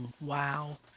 wow